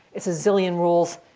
it's a zillion rules.